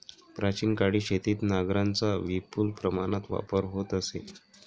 प्राचीन काळी शेतीत नांगरांचा विपुल प्रमाणात वापर होत असे